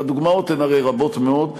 והדוגמאות הן הרי רבות מאוד.